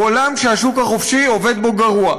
הוא עולם שהשוק החופשי עובד בו גרוע.